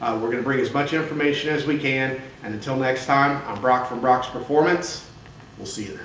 we're gonna bring as much information as we can and until next time i'm brock from brock's performance we'll see